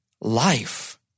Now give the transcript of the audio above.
life